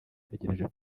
utegereje